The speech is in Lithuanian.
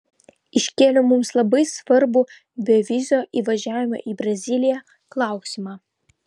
iškėliau mums labai svarbų bevizio įvažiavimo į braziliją klausimą